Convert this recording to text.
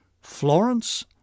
Florence